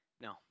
no